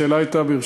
השאלה הייתה,